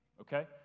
okay